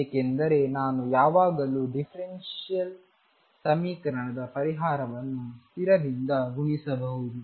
ಏಕೆಂದರೆ ನಾನು ಯಾವಾಗಲೂ ಡಿಫರೆನ್ಸಿಯಲ್ ಸಮೀಕರಣದ ಪರಿಹಾರವನ್ನು ಸ್ಥಿರದಿಂದ ಗುಣಿಸಬಹುದು